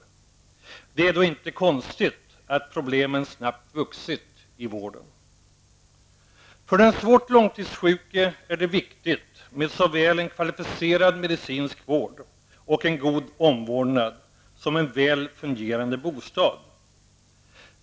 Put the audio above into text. Det är så inte konstigt att problemen snabbt vuxit i vården. För den svårt långtidssjuke är det viktigt med såväl en kvalificerad medicinsk vård och en god omvårdnad som en väl fungerande bostad.